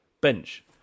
bench